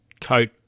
coat